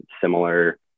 similar